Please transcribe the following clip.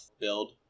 build